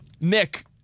Nick